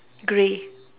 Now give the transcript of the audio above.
grey